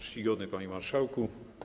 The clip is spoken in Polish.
Czcigodny Panie Marszałku!